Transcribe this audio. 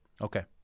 Okay